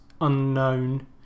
Unknown